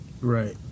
Right